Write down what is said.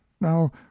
now